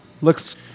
Looks